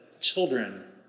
children